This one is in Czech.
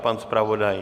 Pan zpravodaj?